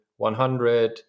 100